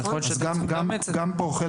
יכול להיות --- גם פה,